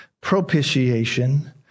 propitiation